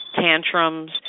tantrums